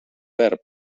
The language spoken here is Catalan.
verb